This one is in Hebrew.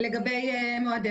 לגבי מועדי